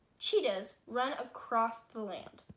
cheetahs run across the land.